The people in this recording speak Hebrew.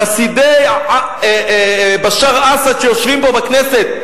חסידי בשאר אסד שיושבים פה בכנסת,